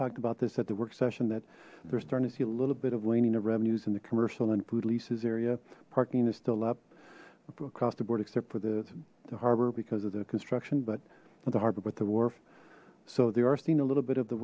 talked about this at the work session that they're starting to see a little bit of waning of revenues in the commercial and food leases area parking is still up across the board except for the harbor because of the construction but at the heart but with the wharf so they are seeing a little bit of the